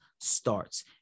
starts